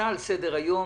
טיפלו בעניין הזה,